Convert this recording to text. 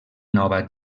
nova